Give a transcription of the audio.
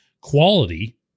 quality